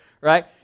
right